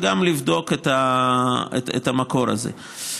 וגם לבדוק את המקור הזה.